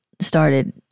started